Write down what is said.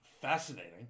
fascinating